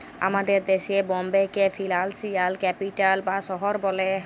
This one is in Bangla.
আমাদের দ্যাশে বম্বেকে ফিলালসিয়াল ক্যাপিটাল বা শহর ব্যলে